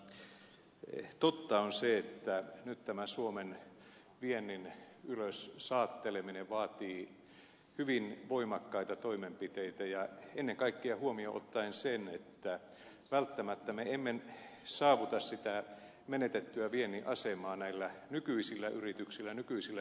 mutta totta on se että nyt tämä suomen viennin ylös saatteleminen vaatii hyvin voimakkaita toimenpiteitä ja ennen kaikkea huomioon ottaen sen että välttämättä me emme saavuta sitä menetettyä viennin asemaa näillä nykyisillä yrityksillä nykyisillä yritysverkostoilla